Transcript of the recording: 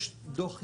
יש דוח היסטורי,